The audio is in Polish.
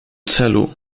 celu